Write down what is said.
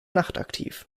nachtaktiv